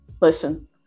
listen